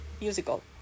musical